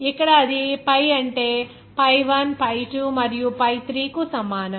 ఇక్కడ అది pi అంటే ఆ pi 1 pi 2 మరియు pi3 కు సమానం